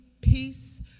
peace